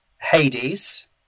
Hades